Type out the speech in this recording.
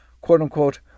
quote-unquote